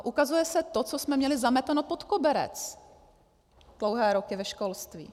Ukazuje se to, co jsme měli zameteno pod koberec dlouhé roky ve školství.